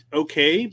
okay